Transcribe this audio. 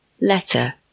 Letter